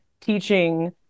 teaching